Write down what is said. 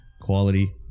Quality